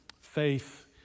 Faith